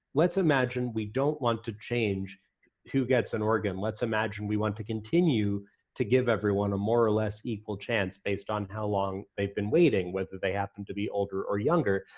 let's imagine we don't want to change who gets an organ. let's imagine we want to continue to give everyone a more or less equal chance based on how long they've been waiting, whether they happen to be older or younger.